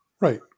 right